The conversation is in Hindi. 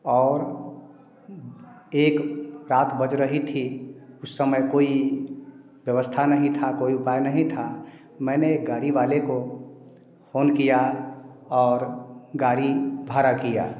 और एक रात बज रही थी उस समय कोई व्यवस्था नहीं था कोई उपाय नहीं था मैंने गाड़ी वाले को फोन किया और गाड़ी भाड़ा किया